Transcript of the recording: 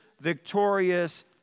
victorious